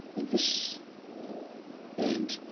in this land.